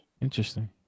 Interesting